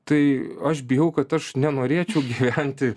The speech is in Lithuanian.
tai aš bijau kad aš nenorėčiau gyventi